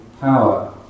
power